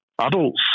adults